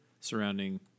surrounding